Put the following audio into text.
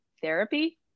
therapy